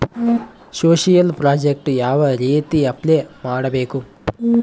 Social project ಯಾವ ರೇತಿ apply ಮಾಡಬೇಕು?